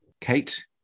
Kate